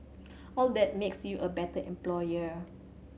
all that makes you a better employer